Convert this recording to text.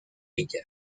ella